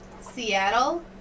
Seattle